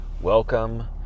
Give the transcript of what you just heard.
Welcome